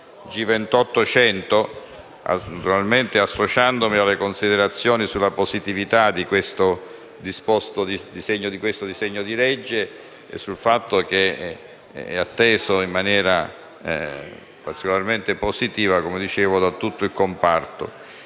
G28.100, naturalmente associandomi alle considerazioni sulle positività di questo disegno di legge e sul fatto che è atteso in maniera particolarmente positiva da tutto il comparto.